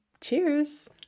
Cheers